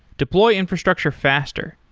deploy infrastructure faster.